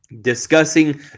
discussing